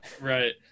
right